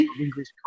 english